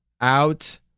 out